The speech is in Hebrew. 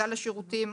סל השירותים,